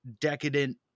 decadent